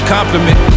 Compliment